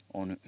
on